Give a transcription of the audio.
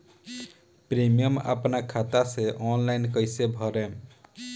Premium अपना खाता से ऑनलाइन कईसे भरेम?